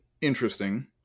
Interesting